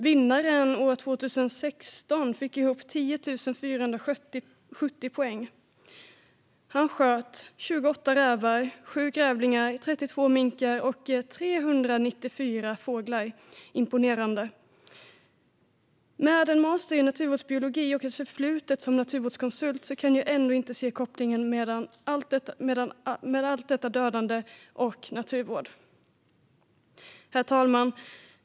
Vinnaren år 2016 fick ihop 10 470 poäng. Han sköt 28 rävar, 7 grävlingar, 32 minkar och 394 fåglar - imponerande. Med en master i naturvårdsbiologi och ett förflutet som naturvårdskonsult kan jag ändå inte se kopplingen mellan allt detta dödande och naturvård. Herr talman!